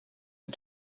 die